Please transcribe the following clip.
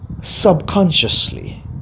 subconsciously